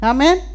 Amen